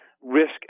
risk